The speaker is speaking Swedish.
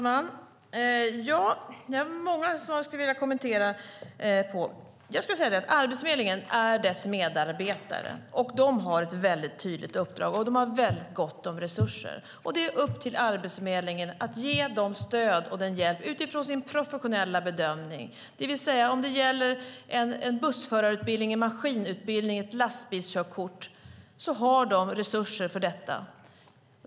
Herr talman! Det finns mycket jag skulle vilja kommentera av det som sagts. Jag skulle vilja säga att Arbetsförmedlingen är dess medarbetare, och de har ett väldigt tydligt uppdrag och gott om resurser. Det är upp till Arbetsförmedlingen att ge detta stöd och denna hjälp utifrån sin professionella bedömning. Det vill säga, om det gäller en bussförarutbildning, en maskinutbildning eller lastbilskörkort så har de resurser för detta.